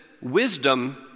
wisdom